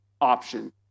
option